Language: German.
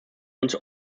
uns